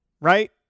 right